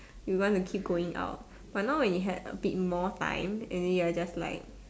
we want to keep going out but now when you had a bit more time and you're just like